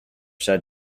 said